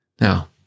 Now